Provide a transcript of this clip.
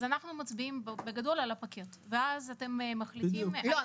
אז אנחנו מצביעים בגדול על החבילה ואז אתם מחליטים --- לא,